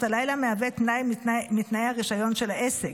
הלילה מהווה תנאי מתנאי הרישיון של העסק.